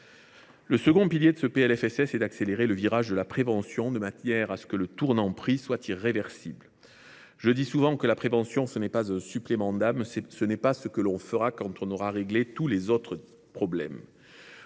la sécurité sociale est l’accélération du virage de la prévention, de manière que le tournant pris soit irréversible. Je le dis souvent, la prévention n’est pas un supplément d’âme. Ce n’est pas ce que l’on fera quand on aura réglé tous les autres problèmes.